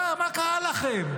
מה קרה לכם?